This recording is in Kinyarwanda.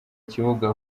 kibuga